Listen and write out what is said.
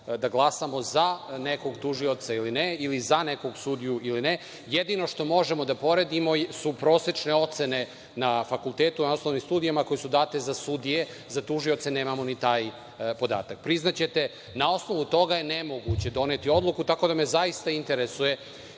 da glasamo za nekog tužioca ili ne ili za nekog sudiju ili ne. Jedino što možemo da poredimo su prosečne ocene na fakultetu na osnovnim studijama koje su date za sudije, a za tužioce nemamo ni taj podataka. Priznaćete, na osnovu toga je nemoguće doneti odluku, tako da me zaista interesuje,